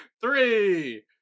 Three